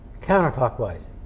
counterclockwise